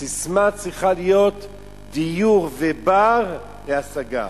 הססמה צריכה להיות דיור ובר להשגה.